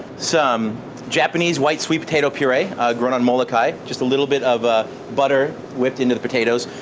some japanese white sweet potato puree grown on molokai, just a little bit of ah butter whipped into the potatoes,